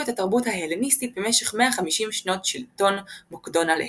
את התרבות ההלניסטית במשך 150 שנות שלטון מוקדון עליהם.